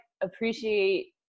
appreciate